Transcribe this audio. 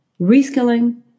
reskilling